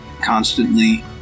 constantly